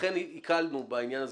ולכן הקלנו בעניין הזה,